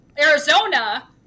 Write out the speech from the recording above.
Arizona